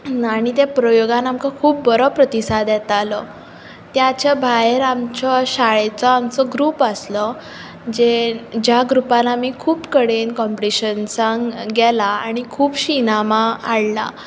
आणी ते प्रयोगान आमकां खूब बरो प्रतिसाद येतालो त्याच्या भायर आमचो शाळेचो आमचो ग्रूप आसलो जे ज्या ग्रुपान आमी खूब कडेन कॉम्पिटिशन्सांक गेला आनी खुबशीं इनामां हाडला